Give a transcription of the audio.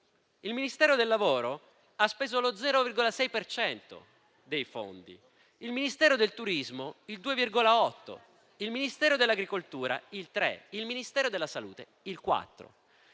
Il Ministero del lavoro ha speso lo 0,6 per cento dei fondi; il Ministero del turismo il 2,8 per cento; il Ministero dell'agricoltura il 3 e il Ministero della salute il 4